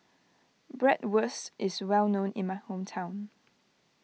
Bratwurst is well known in my hometown